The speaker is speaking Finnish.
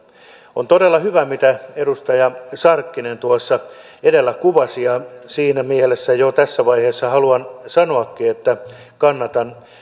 on todella hyvä mitä edustaja sarkkinen tuossa edellä kuvasi ja siinä mielessä jo tässä vaiheessa haluan sanoakin että kannatan